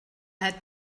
had